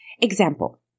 Example